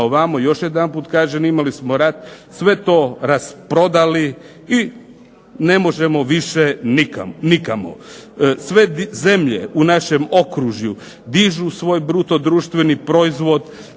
ovamo još jedanput kažem imali smo rat sve to rasprodali i ne možemo više nikamo. Sve zemlje u našem okružju dižu svoj bruto društveni proizvod,